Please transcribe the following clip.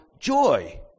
joy